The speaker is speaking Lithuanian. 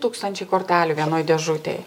tūkstančiai kortelių vienoj dėžutėj